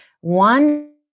One